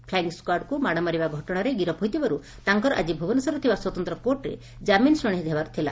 plying ସ୍ୱାର୍ଡଙ୍କୁ ମାଡ ମାରିବା ଘଟଶାରେ ଗିରଫ ହୋଇଥିବାରୁ ତାଙ୍କର ଆଜି ଭୁବନେଶ୍ୱରରେ ଥିବା ସ୍ୱତନ୍ତ କୋର୍ଟରେ ଜାମିନ ଶ୍ରଣାଶି ହେବାର ଥିଲା